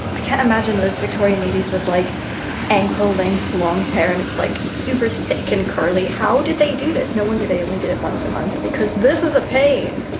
i can't imagine those victorian ladies with like ankle-length long hair, and it's like super thick and curly. how did they do this? no wonder they only did it once a month, because this is a pain.